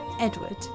Edward